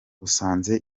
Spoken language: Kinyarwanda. usanze